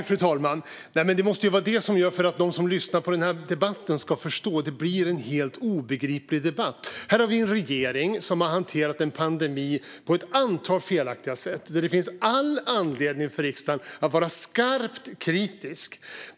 Fru talman! För dem som lyssnar på denna debatt blir det en helt obegriplig debatt. Här har vi en regering som har hanterat en pandemi på ett antal felaktiga sätt, och där finns det all anledning för riksdagen att vara skarpt kritisk.